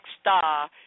star